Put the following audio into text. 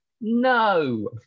no